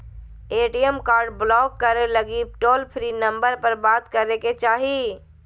ATM card block करे लगी toll free number पर बात करे के चाही